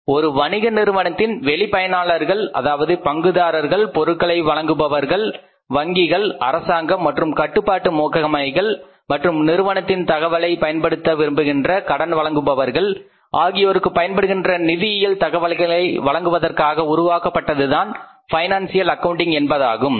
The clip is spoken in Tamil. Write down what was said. "ஒரு வணிக நிறுவனத்தின் வெளி பயனாளர்கள் அதாவது பங்குதாரர்கள் பொருட்களை வழங்குபவர்கள் வங்கிகள் அரசாங்கம் மற்றும் கட்டுப்பாட்டு முகமைகள் மற்றும் நிறுவனத்தின் தகவல்களை பயன்படுத்த விரும்புகின்ற கடன் வழங்குபவர்கள் ஆகியோருக்கு பயன்படுகின்ற நிதியியல் தகவல்களை வழங்குவதற்காக உருவாக்கப்பட்டதுதான் பைனான்சியல் அக்கவுண்டிங் என்பதாகும்